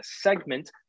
segment